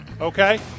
okay